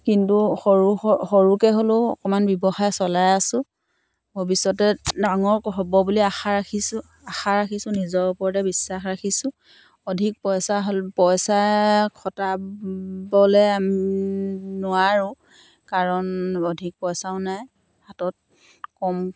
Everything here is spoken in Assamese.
কিন্তু সৰু স সৰুকৈ হ'লেও অকণমান ব্যৱসায় চলাই আছোঁ ভৱিষ্যতে ডাঙৰ হ'ব বুলি আশা ৰাখিছোঁ আশা ৰাখিছোঁ নিজৰ ওপৰতে বিশ্বাস ৰাখিছোঁ অধিক পইচা হ'ল পইচা খটাবলৈ নোৱাৰোঁ কাৰণ অধিক পইচাও নাই হাতত কম